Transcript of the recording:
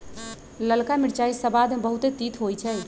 ललका मिरचाइ सबाद में बहुते तित होइ छइ